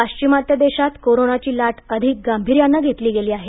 पश्चिमात्य देशांत कोरोनाची लाट अधिक गांभीर्याने घेतली गेली आहे